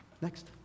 Next